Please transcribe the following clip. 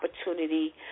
opportunity